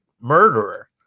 murderer